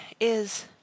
is—